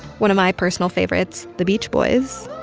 one of my personal favorites, the beach boys